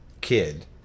kid